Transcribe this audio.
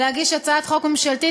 להגיש הצעת חוק ממשלתית,